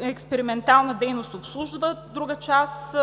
експериментална дейност обслужват, а друга част,